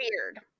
weird